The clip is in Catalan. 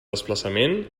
desplaçament